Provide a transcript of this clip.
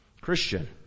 Christian